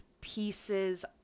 pieces